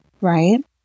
right